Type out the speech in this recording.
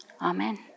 Amen